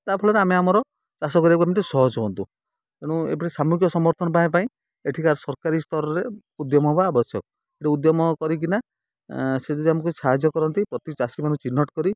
ତା'ଫଳରେ ଆମେ ଆମର ଚାଷ କରିବାକୁ ଏମିତି ସହଜ ହୁଅନ୍ତୁ ତେଣୁ ଏଭଳି ସାମୁହିକ ସମର୍ଥନ ପାଇବା ପାଇଁ ଏଠିକାର ସରକାରୀ ସ୍ତରରେ ଉଦ୍ୟମ ହେବା ଆବଶ୍ୟକ ଏଠି ଉଦ୍ୟମ କରିକିନା ସେ ଯଦି ଆମକୁ କିଛି ସାହାଯ୍ୟ କରନ୍ତି ପ୍ରତି ଚାଷୀମାନଙ୍କୁ ଚିହ୍ନଟ କରି